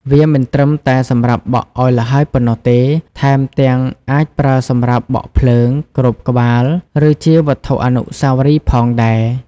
វាមិនត្រឹមតែសម្រាប់បក់ឱ្យល្ហើយប៉ុណ្ណោះទេ ថែមទាំងអាចប្រើសម្រាប់បក់ភ្លើង គ្របក្បាល ឬជាវត្ថុអនុស្សាវរីយ៍ផងដែរ។